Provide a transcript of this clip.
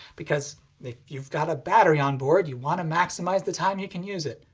because if you've got a battery onboard, you want to maximize the time you can use it.